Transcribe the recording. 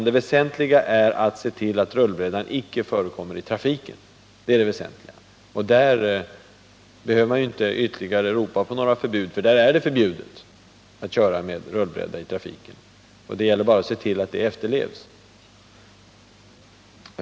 Det väsentliga är att se till, att rullbrädan inte förekommer i trafiken. På den punkten behöver man inte ropa på några förbud, för där är det förbjudet att köra med rullbräda, och det gäller bara att se till, att förbudet efterlevs.